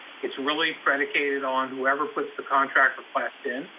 it's really predicated on whoever puts the contract request in.